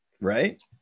Right